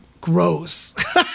gross